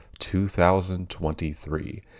2023